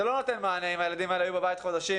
זה לא נותן מענה אם הילדים האלה היו בבית במשך חודשים